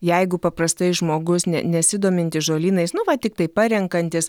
jeigu paprastai žmogus ne nesidomintis žolynais nu va tiktai parenkantis